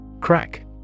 Crack